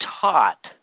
taught